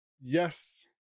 Yes